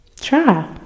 Try